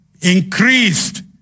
increased